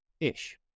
ish